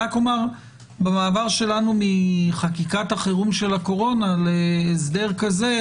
במעבר שלנו מחקיקת החירום של הקורונה להסדר כזה,